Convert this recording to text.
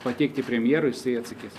pateikti premjerui jisai atsakys